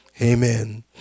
Amen